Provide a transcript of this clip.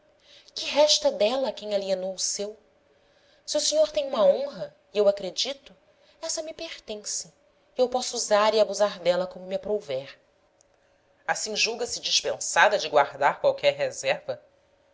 que resta dela a quem alienou o seu se o senhor tem uma honra e eu acredito essa me pertence e eu posso usar e abusar dela como me aprouver assim julga-se dispensada de guardar qualquer re serva